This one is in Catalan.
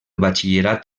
batxillerat